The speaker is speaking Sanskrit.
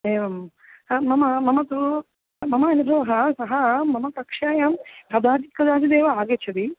एवं ह मम मम तु मम नीरोह सः मम कक्षायां कदाचित् कदाचिदेव आगच्छति